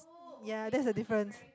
ya there's a difference